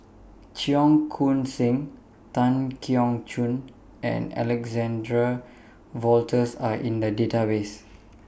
Cheong Koon Seng Tan Keong Choon and Alexander Wolters Are in The Database